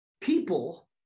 people